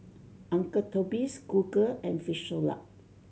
Uncle Toby's Google and Frisolac